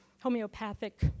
homeopathic